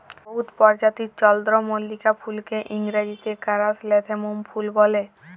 বহুত পরজাতির চল্দ্রমল্লিকা ফুলকে ইংরাজিতে কারাসলেথেমুম ফুল ব্যলে